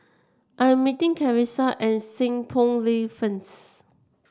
I am meeting Carissa at Seng Poh Lane first